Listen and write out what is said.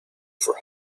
for